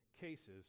cases